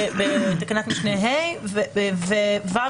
בתקנת משנה (ה) אין שינוי ותקנת משנה (ו)